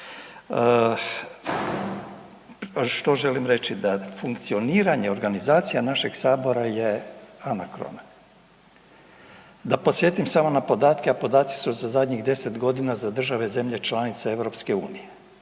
Što želim reći? Da funkcioniranje organizacija našeg Sabora je anakrona. Da podsjetim samo na podatke, a podaci su za zadnjih 10 godina za države zemlje članice Europske unije.